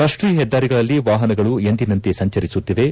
ರಾಷ್ಲೀಯ ಹೆದ್ದಾರಿಗಳಲ್ಲಿ ವಾಹನಗಳು ಎಂದಿನಂತೆ ಸಂಚರಿಸುತ್ತಿವೆ